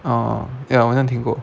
oh ya 我好像听过